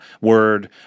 Word